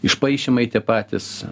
išpaišymai tie patys